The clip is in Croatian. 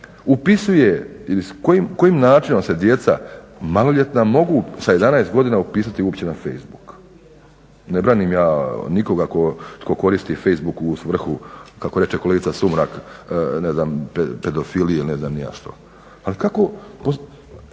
upisuje ili kojim načinom se djeca maloljetna mogu sa 11 godina uopće upisati na Facebook? Ne branim ja nikoga tko koristi Facebook u svrhu kako reče kolegica Sumrak pedofilije ili ne znam ni ja što. Imamo